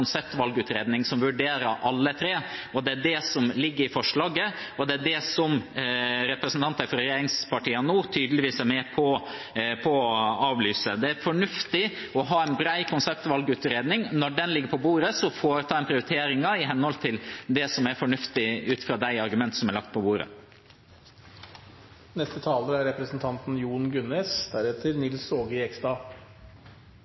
som vurderer alle tre. Det er det som ligger i forslaget, og det er det representanter fra regjeringspartiene nå tydeligvis er med på å avlyse. Det er fornuftig å ha en bred konseptvalgutredning, og når den ligger på bordet, foreta prioriteringer i henhold til det som er fornuftig ut fra de argumentene som er lagt på bordet.